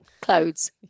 clothes